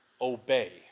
obey